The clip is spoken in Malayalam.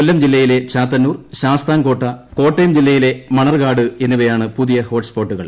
കൊല്ലം ജില്ലയിലെ ചാത്തന്നൂർ ശാസ്താംകോട്ട കോട്ടയം ജില്ലയിലെ മണർക്കാട് എന്നിവയാണ് പുതിയ ഹോട്ട് സ്പോട്ടുകൾ